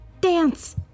dance